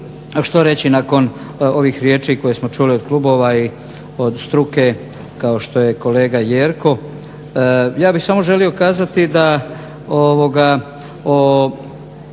što reći nakon ovih riječi koje smo čuli od klubova i od struke kao što je kolega Jerko. Ja bih samo želio kazati da o